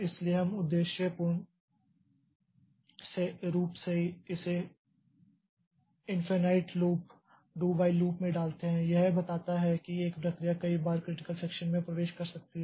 इसलिए हम उद्देश्यपूर्ण रूप से इसे infinite loop do while loop में डालते है यह बताता है कि एक प्रक्रिया कई बार क्रिटिकल सेक्षन में प्रवेश कर सकती है